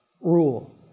rule